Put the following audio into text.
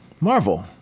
Marvel